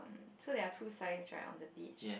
so there are two signs right on the beach